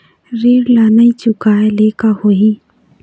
ऋण ला नई चुकाए ले का होही?